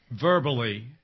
verbally